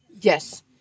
Yes